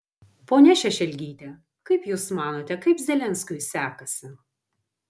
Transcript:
ponia šešelgyte kaip jūs manote kaip zelenskiui sekasi